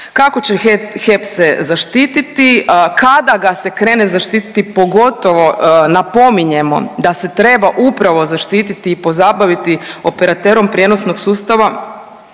kako će HEP se zaštiti kada ga se krene zaštiti pogotovo napominjemo da se treba upravo zaštiti i pozabaviti operaterom prijenosnog sustava